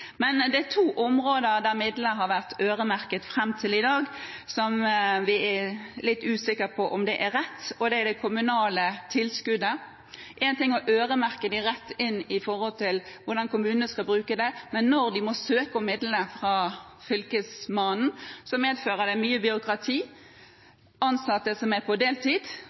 Det er to områder der midlene har vært øremerket fram til i dag, og vi er litt usikre på om det er rett. Det er det kommunale tilskuddet. En ting er å øremerke det rett inn i forhold til hvordan kommunene skal bruke det, men når de må søke om midlene fra Fylkesmannen, medfører det mye byråkrati, ansatte på deltid og utfordringer med å bygge opp kompetansen. Det er